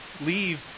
leave